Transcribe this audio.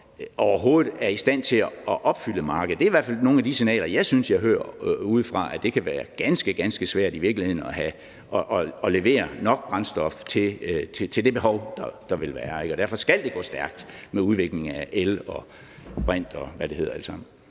overhovedet er i stand til at opfylde markedet. Det er i hvert fald nogle af de signaler, jeg synes jeg hører derudefra, altså at det i virkeligheden kan være ganske, ganske svært at levere nok brændstof til det behov, der vil være, og at det derfor skal gå stærkt med udviklingen af el og brint, og hvad det alt sammen